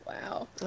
Wow